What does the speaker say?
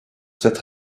cette